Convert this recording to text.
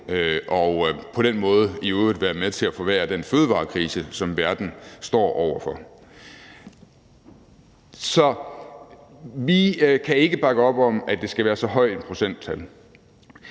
og på den måde i øvrigt være med til at forværre den fødevarekrise, som verden står over for. Så vi kan ikke bakke op om, at det skal være så højt et procenttal.